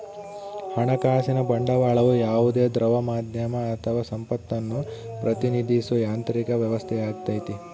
ಹಣಕಾಸಿನ ಬಂಡವಾಳವು ಯಾವುದೇ ದ್ರವ ಮಾಧ್ಯಮ ಅಥವಾ ಸಂಪತ್ತನ್ನು ಪ್ರತಿನಿಧಿಸೋ ಯಾಂತ್ರಿಕ ವ್ಯವಸ್ಥೆಯಾಗೈತಿ